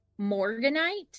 morganite